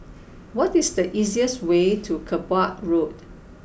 what is the easiest way to Kerbau Road